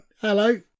Hello